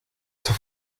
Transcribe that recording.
zur